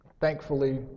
Thankfully